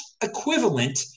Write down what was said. equivalent